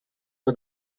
for